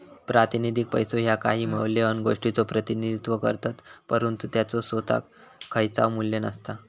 प्रातिनिधिक पैसो ह्या काही मौल्यवान गोष्टीचो प्रतिनिधित्व करतत, परंतु त्याचो सोताक खयचाव मू्ल्य नसता